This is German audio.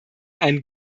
ein